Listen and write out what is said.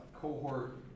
cohort